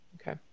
Okay